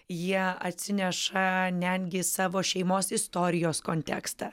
jie atsineša netgi savo šeimos istorijos kontekstą